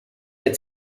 der